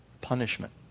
punishment